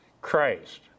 Christ